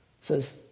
says